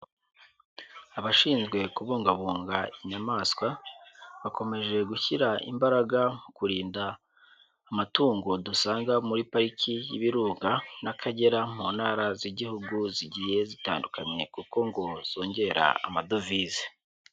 Abashinzwe kubungabunga inyamaswa, bakomeje gushyira imbaraga mu kurinda amatungo dusanga muri pariki y'Ibirunga n'Akagera, mu ntara z'igihugu zigiye zitandukanye kuko ngo zongera amadovize.